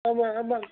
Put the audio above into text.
ஆமாம் ஆமாங்க